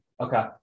Okay